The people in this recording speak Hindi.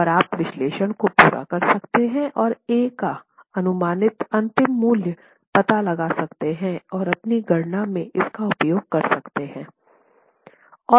और आप विश्लेषण को पूरा कर सकते हैं और a का अनुमानित अंतिम मूल्य पता लगा सकते हैं और अपनी गणना में इसका उपयोग कर सकते हैं